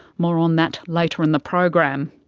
more on that later in the program.